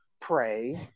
pray